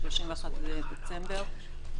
31 בדצמבר,